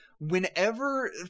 Whenever